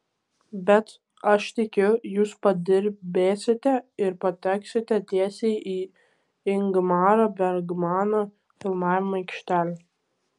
bet aš tikiu jūs padirbėsite ir pateksite tiesiai į ingmaro bergmano filmavimo aikštelę